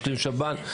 משלים שב"ן.